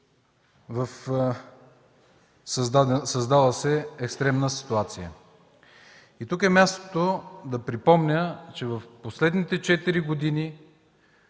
в създала се екстремна ситуация. Тук е мястото да припомня, че в последните четири